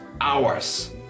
hours